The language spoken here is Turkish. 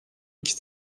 iki